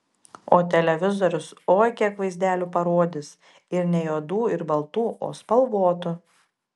o televizorius oi kiek vaizdelių parodys ir ne juodų ir baltų o spalvotų